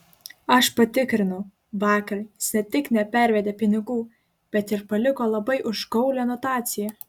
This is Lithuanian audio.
aš patikrinau vakar jis ne tik nepervedė pinigų bet ir paliko labai užgaulią notaciją